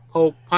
Pope